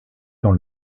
dans